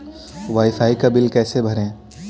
Wi fi का bill कैसे भरें?